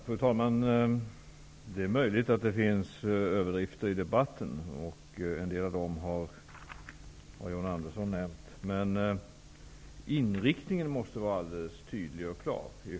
Fru talman! Det är möjligt att det förekommer överdrifter i debatten. En del av dessa har John Andersson nämnt. Inriktningen från statsmakternas sida måste ändå vara alldeles tydlig och klar.